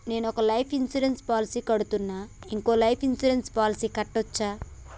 నేను ఒక life insurance policy కడ్తున్నా, ఇంకో లైఫ్ ఇన్సూరెన్స్ పాలసీ కట్టొచ్చా?